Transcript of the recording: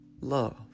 love